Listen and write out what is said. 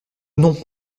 non